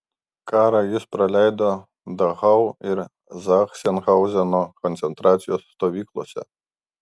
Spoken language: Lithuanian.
karą jis praleido dachau ir zachsenhauzeno koncentracijos stovyklose